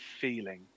feeling